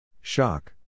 Shock